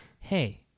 Hey